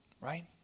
right